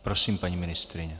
Prosím, paní ministryně.